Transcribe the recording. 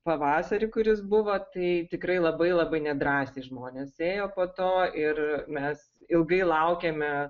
pavasarį kuris buvo tai tikrai labai labai nedrąsiai žmonės ėjo po to ir mes ilgai laukėme